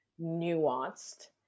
nuanced